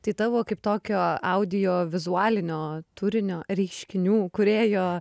tai tavo kaip tokio audiovizualinio turinio reiškinių kūrėjo